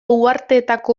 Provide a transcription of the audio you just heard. uharteetako